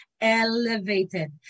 elevated